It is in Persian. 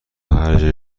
هرجایی